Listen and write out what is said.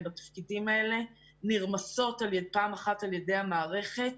בתפקידים האלה נרמסות פעם אחת על ידי המערכת